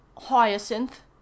Hyacinth